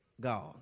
God